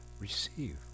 Receive